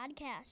podcast